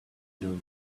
doe